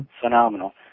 Phenomenal